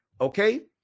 okay